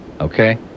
Okay